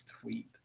tweet